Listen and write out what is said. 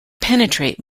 penetrate